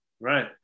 Right